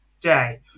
day